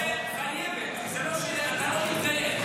הממשלה חייבת לעשות לציבור,